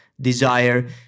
desire